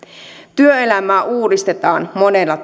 työelämää uudistetaan monella